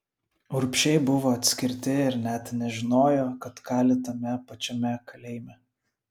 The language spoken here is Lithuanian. urbšiai buvo atskirti ir net nežinojo kad kali tame pačiame kalėjime